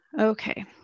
Okay